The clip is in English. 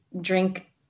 drink